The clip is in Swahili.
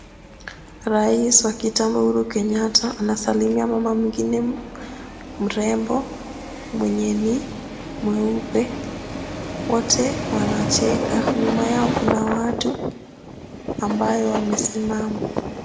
Rais wa kitambo Uhuru Kenyatta, anasamimia mama mwingine mrembo mwenye ni mweupe, wote wanacheka. Nyuma yao kuna watu ambayo wamesimama.